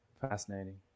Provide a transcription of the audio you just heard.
Fascinating